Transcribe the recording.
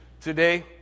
today